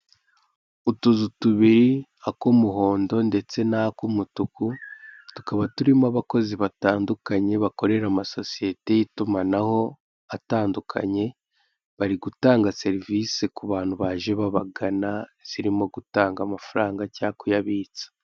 Utuzu tubiri akumuhondo ndetse na akumutuku tukaba turimo abakozi batandukanye bakorera amasosiyete y'itumanaho atandukanye bari gitanga serivise kubantu baje babagana zirimo gutanga amafaranga cyangwa kuyabitsa.